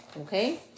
okay